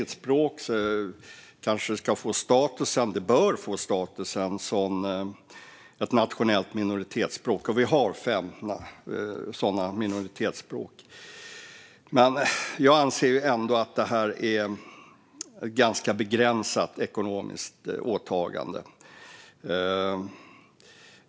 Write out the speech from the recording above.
Om älvdalskan klassas som ett eget språk bör den få status som ett nationellt minoritetsspråk, och i dag har vi fem sådana. Jag anser dock att det är ett begränsat ekonomiskt åtagande.